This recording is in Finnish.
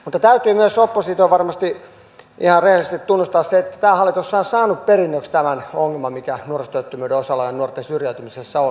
mutta täytyy myös opposition varmasti ihan rehellisesti tunnustaa se että tämä hallitushan on saanut perinnöksi tämän ongelman mikä nuorisotyöttömyyden osalta ja nuorten syrjäytymisessä on